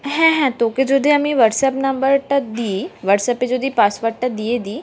হ্যাঁ হ্যাঁ তোকে যদি আমি হোয়াটসঅ্যাপ নাম্বারটা দিই হোয়াটসঅ্যাপে যদি পাসওয়ার্ডটা দিয়ে দিই